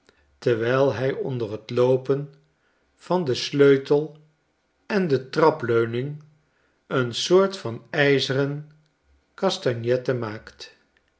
terwijl hij onder t loopen van den sleutel en de trapleuning een soort van ijzeren castagnette maakt